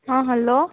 ହଁ ହ୍ୟାଲୋ